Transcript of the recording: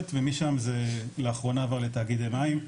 ומשם זה לאחרונה עבר לתאגידי מים,